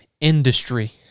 industry